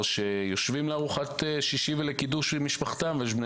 שיושבים לארוחת שבת ולקידוש עם משפחתם ויש בני